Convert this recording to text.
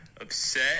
upset